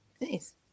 Nice